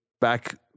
back